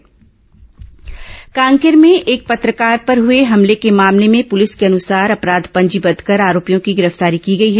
कांकेर पत्रकार हमला कांकेर में एक पत्रकार पर हुए हमले के मामले में पुलिस के अनुसार अपराध पंजीबद्ध कर आरोपियों की गिरफ्तारी की गई है